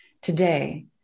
today